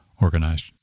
organized